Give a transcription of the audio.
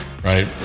Right